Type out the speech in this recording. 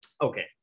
Okay